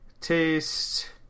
taste